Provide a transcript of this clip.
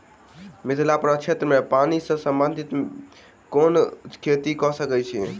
मिथिला प्रक्षेत्र मे पानि सऽ संबंधित केँ कुन खेती कऽ सकै छी?